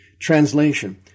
Translation